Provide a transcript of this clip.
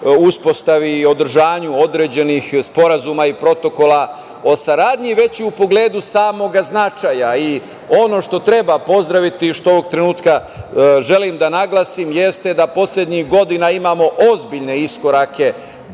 uspostavi i održanju određenih sporazuma i protokola o saradnji, već i u pogledu samog značaja. Ono što treba pozdraviti, što ovog trenutka želim da naglasim, jeste da poslednjih godina imamo ozbiljne iskorake,